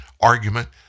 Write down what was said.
argument